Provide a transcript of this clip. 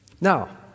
Now